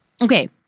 Okay